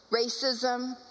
racism